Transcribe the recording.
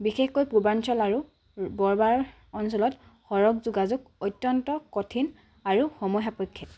বিশেষকৈ পূৰ্বাঞ্চল আৰু বৰবাৰ অঞ্চলত সৰগ যোগাযোগ অত্যন্ত কঠিন আৰু সময় সাপেক্ষে